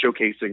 showcasing